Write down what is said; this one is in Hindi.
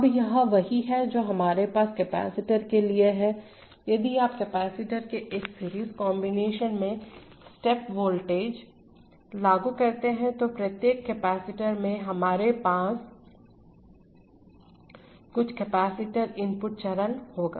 अब यह वही है जो हमारे पास कैपेसिटर के लिए है यदि आप कैपेसिटर के एक सीरीज कॉम्बिनेशन में स्टेप वोल्टेज लागू करते हैं तो प्रत्येक कैपेसिटर में हमारे पास कुछ कैपेसिटर × इनपुट चरण होगा